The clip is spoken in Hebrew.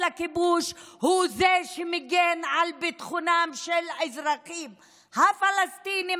לכיבוש הוא זה שמגן על ביטחונם של האזרחים הפלסטינים,